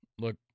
Look